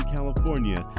California